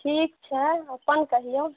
ठीक छै अपन कहियौ